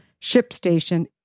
ShipStation